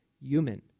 human